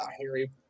Harry